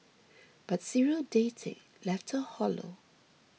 but serial dating left her hollow